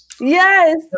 Yes